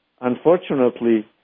unfortunately